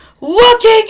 looking